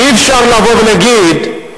ואי-אפשר לבוא ולהגיד,